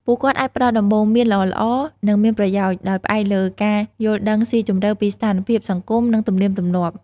ពួកគាត់អាចផ្តល់ដំបូន្មានល្អៗ និងមានប្រយោជន៍ ដោយផ្អែកលើការយល់ដឹងស៊ីជម្រៅពីស្ថានភាពសង្គម និងទំនៀមទម្លាប់។